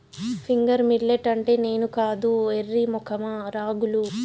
finger millet అంటే నేను కాదు ఎర్రి మొఖమా రాగులు